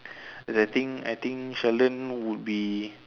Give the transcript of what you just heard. the thing I think Sheldon would be